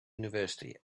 university